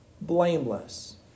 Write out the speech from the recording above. blameless